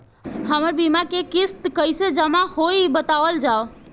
हमर बीमा के किस्त कइसे जमा होई बतावल जाओ?